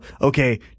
okay